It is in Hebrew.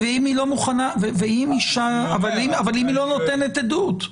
אבל אם היא לא נותנת עדות?